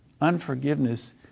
Unforgiveness